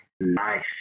Nice